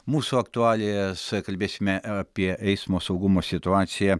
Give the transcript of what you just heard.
mūsų aktualijas kalbėsime apie eismo saugumo situaciją